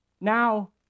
now